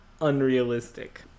unrealistic